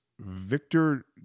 Victor